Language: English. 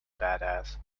badass